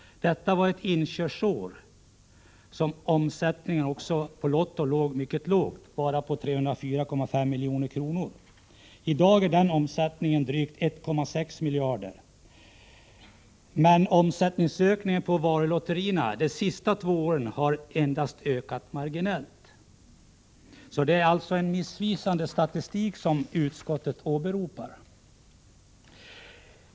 Det var ett inkörningsår, och omsättningen för lotto låg då på bara 304,5 milj.kr. I dag är den omsättningen drygt 1,6 miljarder, medan omsättningen på varulotterierna de senaste två åren har ökat endast marginellt. Det är alltså en missvisande statistik som utskottet åberopar.